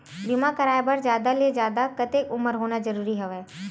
बीमा कराय बर जादा ले जादा कतेक उमर होना जरूरी हवय?